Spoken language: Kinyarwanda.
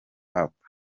hop